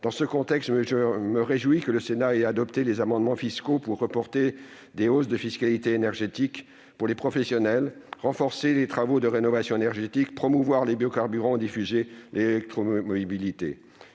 Dans ce contexte, je me réjouis que le Sénat ait adopté des amendements fiscaux tendant à reporter des hausses de fiscalité énergétique pour les professionnels, renforcer les travaux de rénovation énergétique, promouvoir les biocarburants et diffuser l'électromobilité.